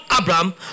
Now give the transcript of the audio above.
Abraham